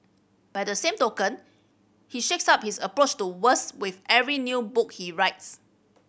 by the same token he shakes up his approach to words with every new book he writes